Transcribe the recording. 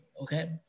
Okay